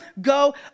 go